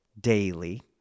daily